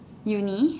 uni